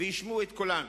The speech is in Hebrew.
והשמיעו את קולן,